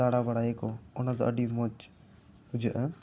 ᱫᱟᱬᱟ ᱵᱟᱲᱟᱭᱟᱠᱚ ᱚᱱᱟ ᱫᱚ ᱟᱹᱰᱤ ᱢᱚᱡᱽ ᱵᱩᱡᱷᱟᱹᱜᱼᱟ